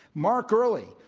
mark earley,